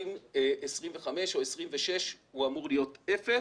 וב-2025 או 2026 הוא אמור להיות אפס